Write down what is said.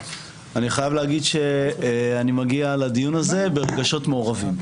אני חייב להגיד שאני מגיע לדיון הזה ברגשות מעורבים,